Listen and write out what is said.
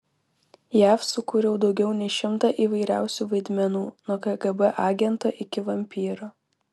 jav sukūriau daugiau nei šimtą įvairiausių vaidmenų nuo kgb agento iki vampyro